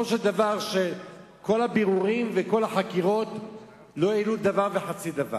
של דבר כל הבירורים וכל החקירות לא העלו דבר וחצי דבר.